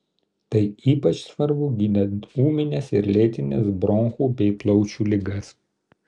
tai ypač svarbu gydant ūmines ir lėtines bronchų bei plaučių ligas